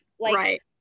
Right